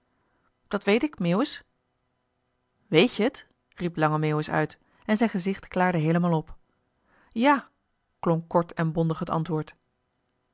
dat weet ik meeuwis weet jij t riep lange meeuwis uit en zijn gezicht klaarde heelemaal op ja klonk kort en bondig het antwoord